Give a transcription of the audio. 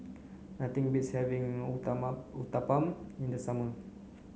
nothing beats having Uthapam in the summer